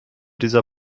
dieser